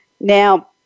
Now